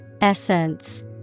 Essence